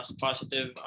positive